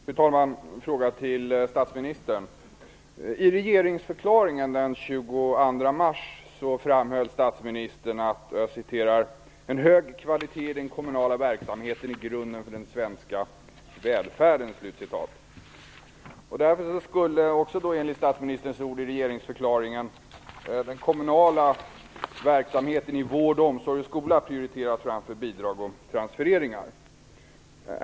Fru talman! Jag har en fråga till statsministern. I regeringsförklaringen den 22 mars framhöll statsministern att: "En hög kvalitet i den kommunala verksamheten är grunden för den svenska välfärden -." Därför skulle också, enligt statsministerns ord i regeringsförklaringen, den kommunala verksamheten i vård, omsorg och skola prioriteras framför bidrag och transfereringar.